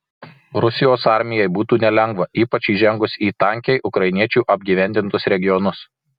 rusijos armijai būtų nelengva ypač įžengus į tankiai ukrainiečių apgyvendintus regionus